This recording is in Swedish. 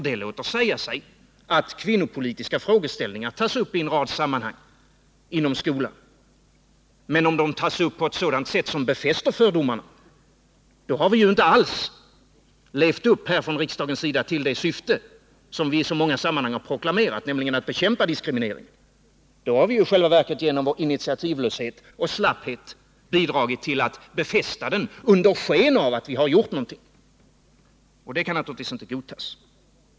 Det låter säga sig att kvinnopolitiska frågeställningar tas upp i en rad sammanhang inom skolan, men om de tas upp på ett sätt som befäster fördomarna, då har vi ju inte alls levt upp här från riksdagens sida till det syfte som vi så många gånger har proklamerat, nämligen att bekämpa diskriminering. Då har vi i själva verket genom vår initiativlöshet och slapphet bidragit till att befästa fördomarna, under sken av att vi har gjort någonting positivt. Det kan naturligtvis inte godtas.